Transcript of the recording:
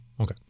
okay